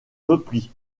repli